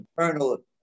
internal